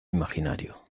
imaginario